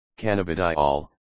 cannabidiol